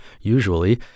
usually